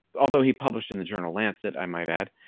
although he published in the journal lancet, i might add,